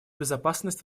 безопасность